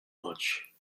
much